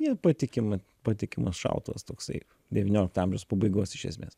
jie patikimi patikimas šautuvas toksai devyniolikto amžiaus pabaigos iš esmės